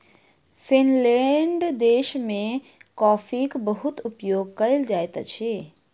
Finland देश में कॉफ़ीक बहुत उपयोग कयल जाइत अछि